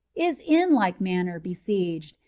is in like manner besieged,